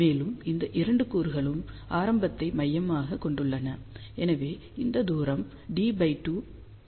மேலும் இந்த 2 கூறுகளும் ஆரம்பத்தை மையமாக கொண்டுள்ளன எனவே இந்த தூரம் d 2 இது d 2 ஆகும்